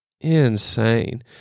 insane